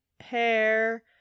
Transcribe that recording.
hair